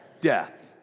Death